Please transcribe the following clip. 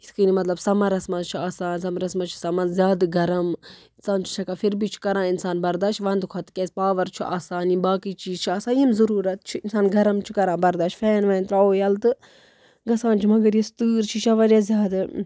یِتھ کَنہِ مطلب سَمَرَس منٛز چھُ آسان سَمرَس منٛز چھِ سَمان زیادٕ گَرَم اِنسان چھُ پھر بھی چھُ کَران اِنسان بَرداش وندٕ کھۄتہٕ کیٛازِ پاوَر چھُ آسان یِم باقٕے چیٖز چھِ آسان یِم ضٔروٗرَت چھِ اِنسان گَرَم چھُ کَران بَرداشت فین وین ترٛاوو ییٚلہٕ تہٕ گژھان چھِ مگر یُس تۭر چھِ یہِ چھےٚ واریاہ زیادٕ